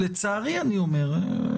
לצערי אני אומר,